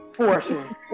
portion